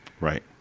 Right